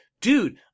dude